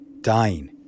dying